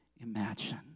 imagine